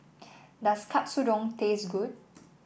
does Katsudon taste good